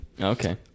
Okay